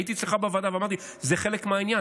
הייתי אצלך בוועדה ואמרתי שזה חלק מהעניין.